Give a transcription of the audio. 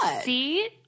See